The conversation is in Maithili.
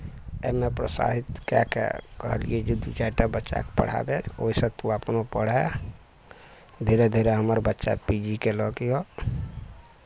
एहिमे प्रोत्साहित कए कऽ कहलियै जे दू चारि टा बच्चाके पढ़ाबै ओहिसँ तू अपनो पढ़ै धीरे धीरे हमर बच्चा पी जी कयलक यऽ